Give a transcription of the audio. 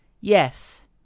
Yes